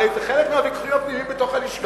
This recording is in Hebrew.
הרי זה חלק מהוויכוחים הפנימיים בתוך הלשכה.